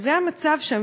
זה המצב שם,